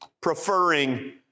preferring